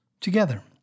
Together